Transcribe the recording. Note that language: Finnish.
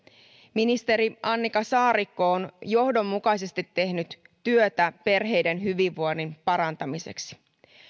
ministeri annika saarikko on johdonmukaisesti tehnyt työtä perheiden hyvinvoinnin parantamiseksi